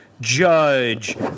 Judge